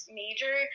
major